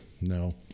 no